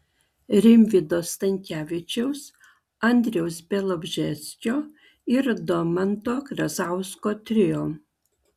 rimvydo stankevičiaus andriaus bialobžeskio ir domanto razausko trio